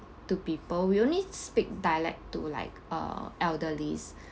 to people we only speak dialect to like uh elderlies